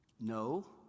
No